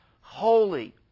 holy